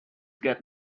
got